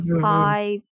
Five